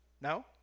No